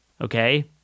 okay